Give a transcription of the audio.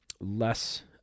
less